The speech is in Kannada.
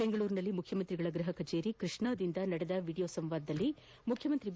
ಬೆಂಗಳೂರಿನಲ್ಲಿ ಮುಖ್ಯಮಂತ್ರಿಗಳ ಗೃಹ ಕಚೇರಿ ಕೃಷ್ಣಾದಿಂದ ನಡೆದ ವಿಡಿಯೋ ಸಂವಾದದಲ್ಲಿ ಮುಖ್ಯಮಂತ್ರಿ ಬಿ